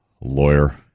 lawyer